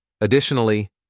Additionally